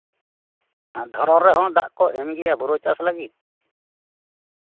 ᱫᱷᱚᱨᱚᱱ ᱨᱮᱦᱚᱸ ᱫᱟᱜ ᱠᱚ ᱮᱢ ᱜᱮᱭᱟ ᱦᱳᱲᱳ ᱪᱟᱥ ᱞᱟᱹᱜᱤᱫ